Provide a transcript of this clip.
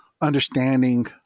understanding